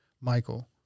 michael